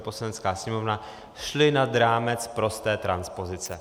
Poslanecká sněmovna šly nad rámec prosté transpozice.